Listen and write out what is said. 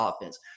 offense